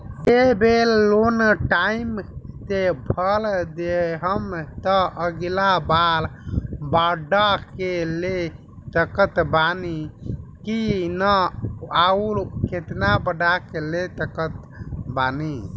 ए बेर loan time से भर देहम त अगिला बार बढ़ा के ले सकत बानी की न आउर केतना बढ़ा के ले सकत बानी?